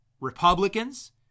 Republicans